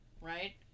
right